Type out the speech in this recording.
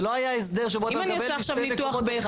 זה לא היה הסדר שבו אתה מקבל משני מקומות אחד.